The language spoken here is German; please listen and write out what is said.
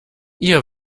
ihr